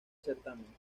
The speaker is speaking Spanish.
certamen